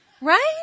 Right